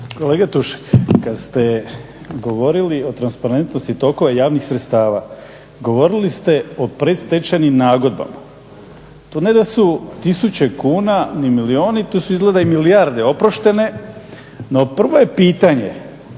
tokova javnih sredstava govorili o transparentnosti tokova javnih sredstava govorili ste o predstečajnim nagodbama. To ne da su tisuće kuna ni milijuni, tu su izgleda i milijarde oproštene. No, prvo je pitanje